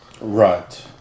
Right